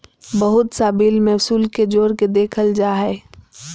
बहुत सा बिल में शुल्क के जोड़ के देखल जा हइ